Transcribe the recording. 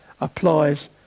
applies